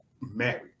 married